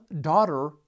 daughter